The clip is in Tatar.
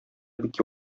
бик